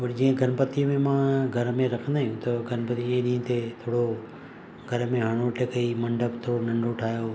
वरी जीअं गणपतीअ में मां घर में रखंदा आहियूं त गणपती जे ॾींहं ते थोरो घर में हणु वठ कई मंडप थोरो नंढो ठाहियो